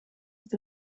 het